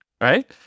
Right